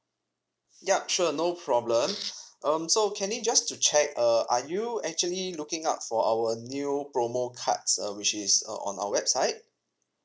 yup sure no problem um so candy just to check uh are you actually looking out for our new promo cards uh which is uh on our website